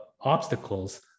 obstacles